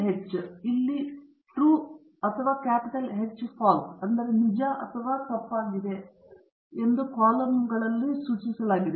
H ಇಲ್ಲಿಯವರೆಗೆ ನಿಜವಾಗಿದೆ ಮತ್ತು H ತಪ್ಪಾಗಿದೆ ಎಂದು ಕಾಲಮ್ಗಳನ್ನು ನೇತೃತ್ವದಲ್ಲಿರಿಸಲಾಗುತ್ತದೆ